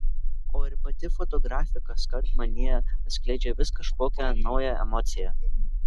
o ir pati fotografė kaskart manyje atskleidžia vis kažkokią naują emociją